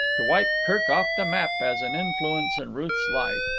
to wipe kirk off the map as an influence in ruth's life.